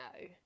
no